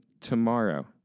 Tomorrow